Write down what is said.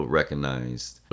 recognized